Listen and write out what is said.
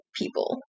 people